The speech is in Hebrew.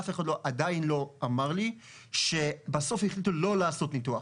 אף אחד עדיין לא אמר לי שבסוף החליטו שלא לעשות ניתוח,